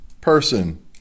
person